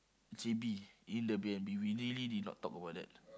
J_B in the Air-B_N_B we nearly did not talk about that